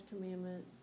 commandments